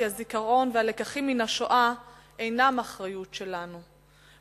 הזיכרון והלקחים מהשואה אינם אחריות שלנו,